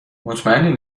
مطمئنی